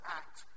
act